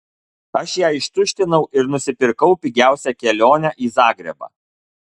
aš ją ištuštinau ir nusipirkau pigiausią kelionę į zagrebą